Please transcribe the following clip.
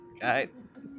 guys